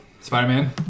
Spider-Man